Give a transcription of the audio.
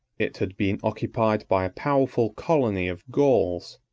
it had been occupied by powerful colony of gauls,